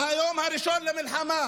מהיום הראשון למלחמה